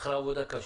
אחרי עבודה קשה.